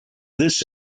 this